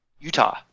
Utah